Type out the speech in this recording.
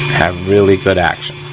have really good action.